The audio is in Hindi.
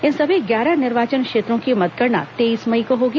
इन सभी ग्यारह निर्वाचन क्षेत्रों की मतगणना तेईस मई को होगी